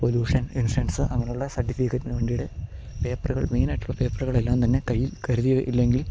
pollution insurance അങ്ങനെയുള്ള സർട്ടിഫിക്കറ്റിനു വണ്ടിയുടെ പേപ്പറുകൾ മേയ്നായിട്ടുള്ള പേപ്പറുകളെല്ലാംതന്നെ കയ്യിൽ കരുതിയില്ലെങ്കിൽ